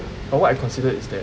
but what I considered is that